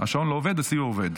השעון לא עובד, אצלי הוא עובד.